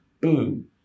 boom